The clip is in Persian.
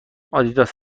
آدیداس